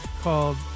called